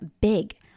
big